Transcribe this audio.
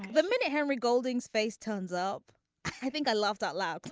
the minute henry golding face turns up i think i laughed out loud.